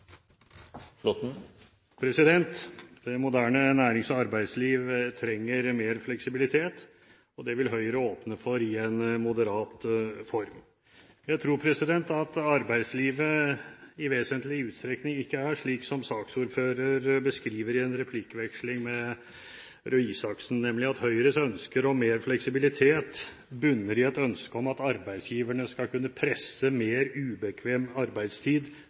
område. Det moderne nærings- og arbeidsliv trenger mer fleksibilitet, og det vil Høyre åpne for i en moderat form. Jeg tror at arbeidslivet i vesentlig utstrekning ikke er slik som saksordføreren beskriver i en replikkveksling med representanten Røe Isaksen, nemlig at Høyres ønske om mer fleksibilitet bunner i et ønske om at arbeidsgiverne skal kunne presse mer ubekvem arbeidstid